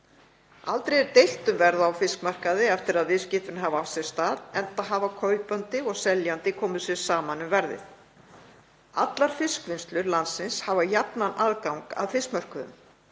Aldrei er deilt um verð á fiskmarkaði eftir að viðskiptin hafa átt sér stað, enda hafa kaupandi og seljandi komið sér saman um verðið. Allar fiskvinnslur landsins hafa jafnan aðgang að fiskmörkuðum.